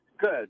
Good